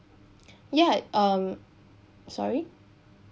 ya um sorry